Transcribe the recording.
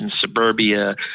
suburbia